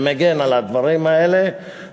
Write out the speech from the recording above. מגן על הדברים האלה,